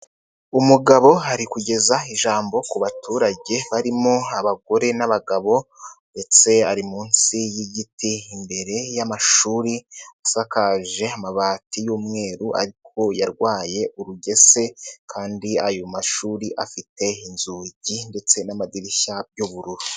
Umugabo hari kugeza ijambo ku baturage barimo abagore n'abagabo ndetse ari munsi y'igiti imbere y'amashuri asakaje amabati y'umweru, yarwaye urugese kandi ayo mashuri afite inzugi ndetse n'amadirishya y'ubururu.